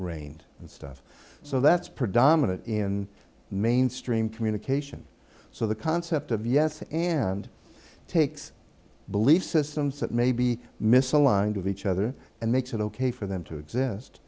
rained and stuff so that's predominant in mainstream communication so the concept of yes and takes belief systems that may be misaligned of each other and makes it ok for them to exist